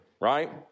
right